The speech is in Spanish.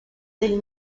del